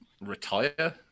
retire